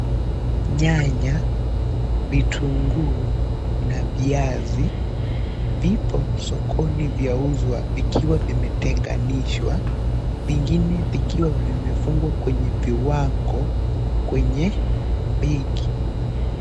Nyanya, vitunguu na viazi vipo sokoni vikiwa vyauzwa vikiwa vimeteganishwa ,vingine vikiwa vimefungwa kwenye viwango kwenye begi.